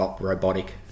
robotic